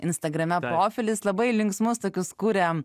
instagrame profilis labai linksmus tokius kuria